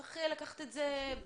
צריך יהיה לקחת את זה בטוב,